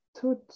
two